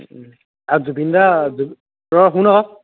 আৰু জুবিন দা ৰহ শুন আকৌ